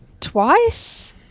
twice